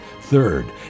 Third